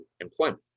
employment